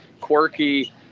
quirky